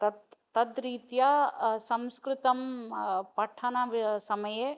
तत् तत् रीत्या संस्कृतं पठने वे समये